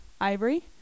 ivory